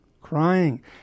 crying